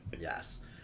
Yes